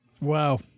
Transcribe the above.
Wow